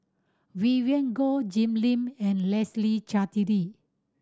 Vivien Goh Jim Lim and Leslie Charteri